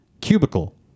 cubicle